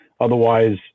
Otherwise